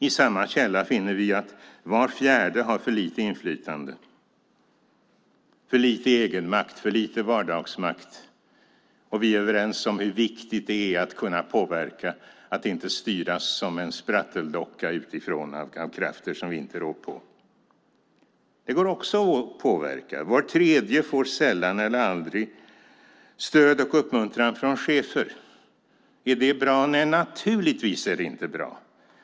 I samma källa finner vi att var fjärde har för lite inflytande, för lite egenmakt och för lite vardagsmakt. Och vi är överens om hur viktigt det är att kunna påverka och att inte styras som en spratteldocka utifrån av krafter som vi inte rår på. Det går också att påverka. Var tredje får sällan eller aldrig stöd och uppmuntran från chefer. Är det bra? Nej, det är naturligtvis inte bra.